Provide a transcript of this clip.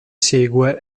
segue